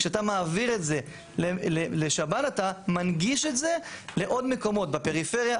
כשאתה מעביר את זה לשב"ן אתה מנגיש את זה לעוד מקומות בפריפריה.